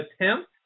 attempt